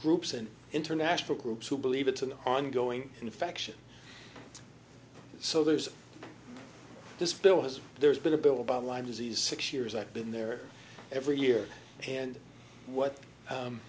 groups and international groups who believe it's an ongoing infection so there's this bill has there's been a bill about lyme disease six years i've been there every year and what